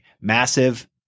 massive